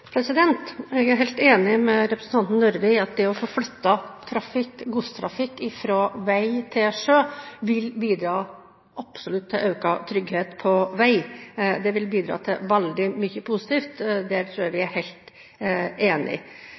Jeg er helt enig med representanten Røbekk Nørve i at det å få flyttet godstrafikk fra vei til sjø absolutt vil bidra til trygghet på vei. Det vil bidra til veldig mye positivt; der tror jeg vi er helt